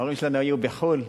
ההורים שלנו היו בחו"ל?